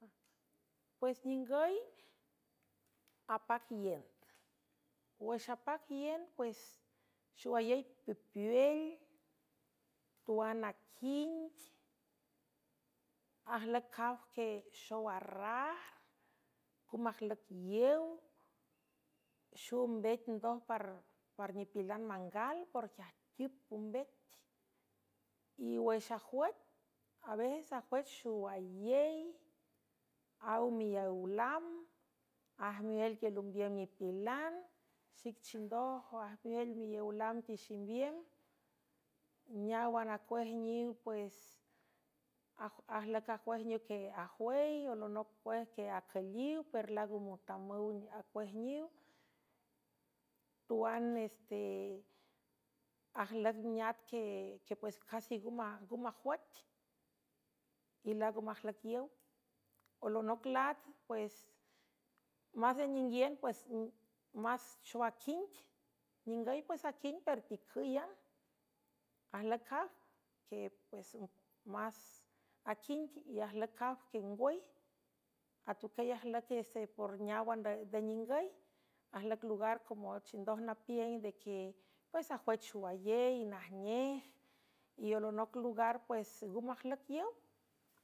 Pues ningüy apac iend wüx apac iend pues xowayey pipeuel tuan aquing ajlücjaw que xow arraj ngu majlüc iew xow mbeth ndoj par nipilan mangal porque ajtiüp ombet y wüx ajwec avejes ajwüch xowayey aw milew lam aj muel tiel umbiüm nipilan xicchindoj aj müel milow lam tiximbien neáwan acuejniw pues ajlüc ajwejniw que ajwey olonoc uej que acüliw per lago montamüw acuejniw tuaneste ajlüc neat que pues casi nngu majwec y laaga majlüc iow olonoc laat pues más de ninguien puesmás xowaquinc ningüy pues aquin per ticülla jü es quing y ajlücjaw quengwüy atucüy ajlüc ese por neáwan de ningüy ajlüc lugar come chindoj napiüng ndeque pues ajwüch xowayey najnej y olonoc lugar pues nga majlüc yow.